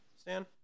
Stan